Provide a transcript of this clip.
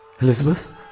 Elizabeth